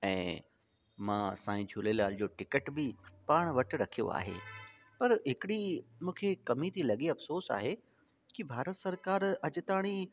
ऐं मां साईं झूलेलाल जो टिकट बि पाणि वटि रखियो आहे पर हिकिड़ी मूंखे कमी थी लॻे अफ़सोसु आहे की भारत सरकारि अॼु ताईं